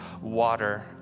water